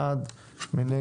מי בעד הסעיפים כנוסח הוועדה?